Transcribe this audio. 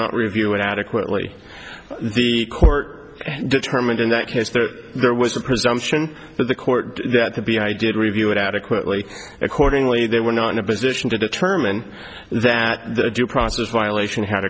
not review it adequately the court determined in that case that there was a presumption that the court that to be i did review it adequately accordingly they were not in a position to determine that the due process violation had